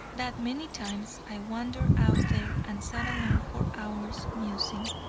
that many times i wandered out there and sat alone for hours, musing.